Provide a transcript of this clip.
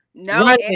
no